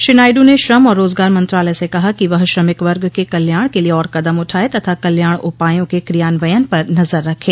श्री नायडू ने श्रम और रोजगार मंत्रालय से कहा कि वह श्रमिक वर्ग के कल्याण के लिए और कदम उठाए तथा कल्याण उपायों के क्रियान्वयन पर नजर रखे